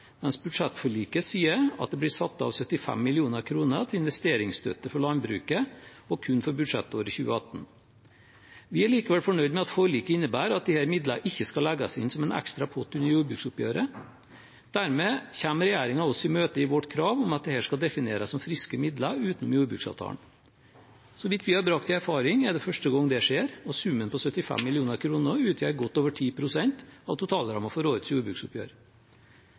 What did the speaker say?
mens budsjettforliket sier at det blir satt av 75 mill. kr til investeringsstøtte for landbruket, og kun for budsjettåret 2018. Vi er likevel fornøyd med at forliket innebærer at disse midlene ikke skal legges inn som en ekstra pott under jordbruksoppgjøret. Dermed kommer regjeringen oss i møte i vårt krav om at dette skal defineres som friske midler utenom jordbruksavtalen. Så vidt vi har brakt i erfaring, er det første gang det skjer, og summen på 75 mill. kr utgjør godt over 10 pst. av totalrammen for årets jordbruksoppgjør.